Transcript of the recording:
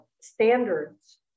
standards